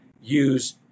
use